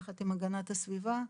יחד עם הגנת הסביבה,